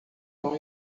tão